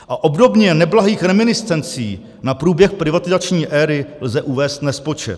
A obdobně neblahých reminiscencí na průběh privatizační éry lze uvést nespočet.